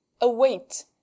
await